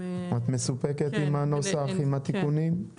את מסופקת עם הנוסח, עם התיקונים?